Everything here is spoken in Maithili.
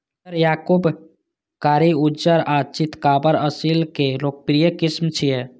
पीयर, याकूब, कारी, उज्जर आ चितकाबर असील के लोकप्रिय किस्म छियै